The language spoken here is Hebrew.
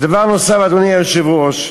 דבר נוסף, אדוני היושב-ראש,